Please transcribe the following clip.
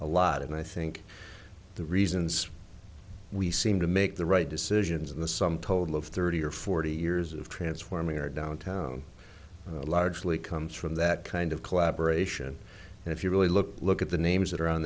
a lot and i think the reasons we seem to make the right decisions in the sum total of thirty or forty years of transforming our downtown largely comes from that kind of collaboration and if you really look look at the names that are on